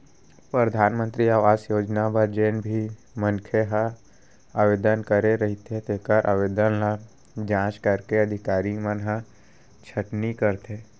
परधानमंतरी आवास योजना बर जेन भी मनखे ह आवेदन करे रहिथे तेखर आवेदन ल जांच करके अधिकारी मन ह छटनी करथे